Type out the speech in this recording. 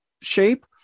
shape